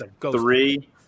three